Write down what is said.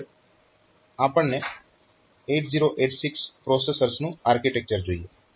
આગળ આપણે 8086 પ્રોસેસરનું આર્કિટેક્ચર જોઈએ